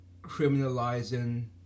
criminalizing